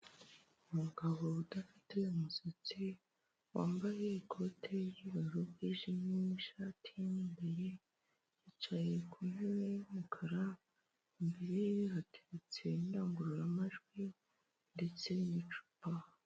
Umugabo udafite umusatsi, wambaye ikote ry'bururu bwijimye n'ishati mo imbere, yicaye ku ntebe y'umukara, imbere ye hateretse indangururamajwi ndetse n'icupa.